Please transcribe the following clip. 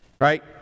right